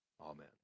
amen